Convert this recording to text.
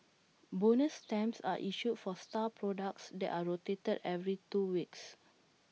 bonus stamps are issued for star products that are rotated every two weeks